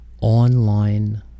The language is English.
online